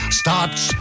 starts